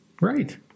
Right